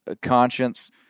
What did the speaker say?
conscience